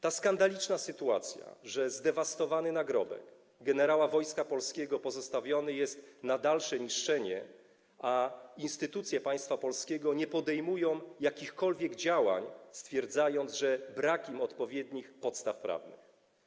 To skandaliczna sytuacja, że zdewastowany nagrobek generała Wojska Polskiego wystawiony jest na dalsze niszczenie, a instytucje państwa polskiego nie podejmują jakichkolwiek działań, twierdząc, że nie mają odpowiednich podstaw prawnych.